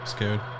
Scared